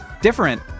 different